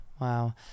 Wow